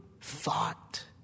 thought